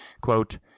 Quote